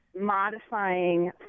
modifying